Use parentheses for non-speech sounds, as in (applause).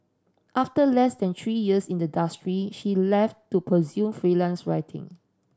after less than three years in the (unintelligible) she left to pursue freelance writing